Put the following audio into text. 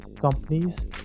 companies